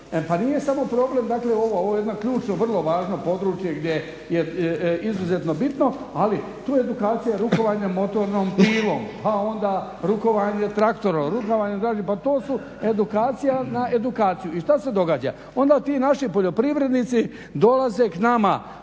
pa nije samo problem dakle ovo, ovo je jedno ključno vrlo važno područje gdje je izuzetno bitno. Ali to je edukacija rukovanja motornom pilom, pa onda rukovanje traktorom. Pa to su edukacija na edukaciju. I šta se događa? Onda ti naši poljoprivrednici dolaze nama